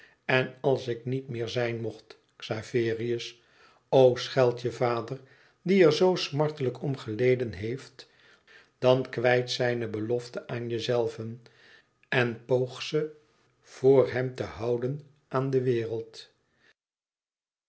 en als ik niet meer zijn mocht xaverius o scheld je vader die er zoo smartelijk om geleden heeft dan kwijt zijne belofte aan jezelven e ids aargang n poog ze voor hèm te houden aan de wereld